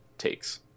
takes